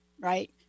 right